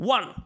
One